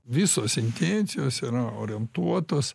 visos intencijos yra orientuotos